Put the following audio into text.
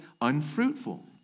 unfruitful